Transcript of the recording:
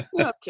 Okay